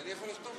הכול עובד,